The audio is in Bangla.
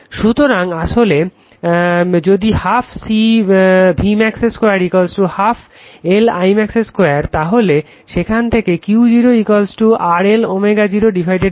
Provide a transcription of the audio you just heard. সুতরাং আসলে যদি 12 CV max 2 12 LI max 2 তাহলে সেখান থেকে Q0 RL ω0 R 1ω0 CR